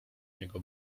niego